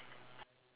yes